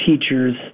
teachers